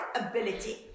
ability